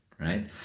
right